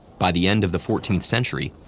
by the end of the fourteenth century,